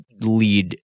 lead